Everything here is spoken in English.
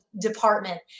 department